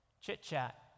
chit-chat